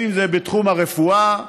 אם זה בתחום הרפואה,